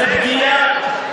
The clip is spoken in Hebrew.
זאת פגיעה,